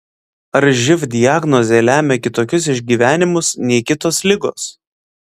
ar živ diagnozė lemia kitokius išgyvenimus nei kitos ligos